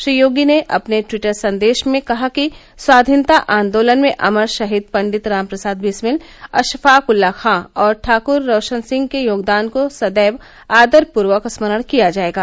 श्री योगी ने अपने ट्विटर संदेश में कहा कि स्वाधीनता आन्दोलन में अमर शहीद पंडित राम प्रसाद बिस्मिल अशफाक उल्ला खां और ठाकुर रोशन सिंह के योगदान को सदैव आदरपूर्वक स्मरण किया जाएगा